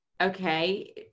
Okay